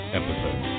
episode